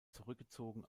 zurückgezogen